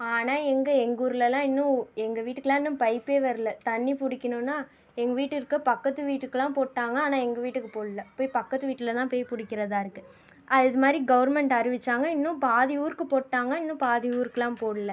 ஆனா எங்கே எங்கள் ஊரில்லாம் இன்னும் எங்கள் வீட்டுக்குலாம் இன்னும் பைப் வரலை தண்ணீர் பிடிக்கணுனா எங்கள் வீட்டிற்கு பக்கத்து வீட்டுக்குலாம் போட்டுடாங்க ஆனால் எங்கள் வீட்டுக்கு போடல போய் பக்கத்து வீட்லலாம் போய் பிடிக்குறதாருக்கு அது மாதிரி கௌர்மண்ட் அறிவிச்சாங்க இன்னும் பாதி ஊருக்கு போட்டுடாங்க இன்னும் பாதி ஊருக்லாம் போடலை